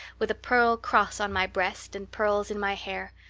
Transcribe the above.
with a pearl cross on my breast and pearls in my hair.